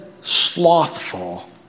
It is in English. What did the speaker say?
slothful